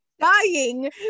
Dying